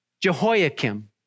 Jehoiakim